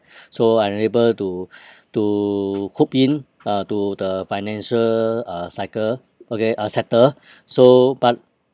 so unable to to cope in uh to the financial uh cycle okay uh sector so but